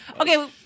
okay